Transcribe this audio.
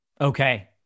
okay